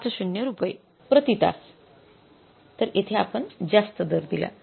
५० रुपये प्रति तास तर येथे आपण जास्त दर दिला